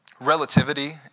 relativity